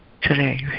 today